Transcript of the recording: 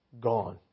gone